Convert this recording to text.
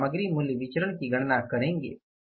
हम सामग्री मूल्य विचरण की गणना करेंगे